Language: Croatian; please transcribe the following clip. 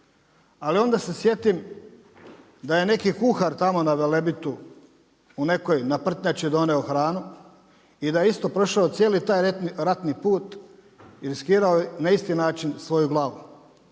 Ali onda se sjetim da je neki kuhar tamo na Velebitu u nekoj naprtnjači donio hranu i da je isto prošao cijeli taj ratni put i riskirao na isti način svoju glavu.